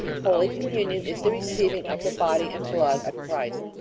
holy communion is the receiving of the body and blood of christ.